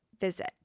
visit